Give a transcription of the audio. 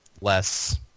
less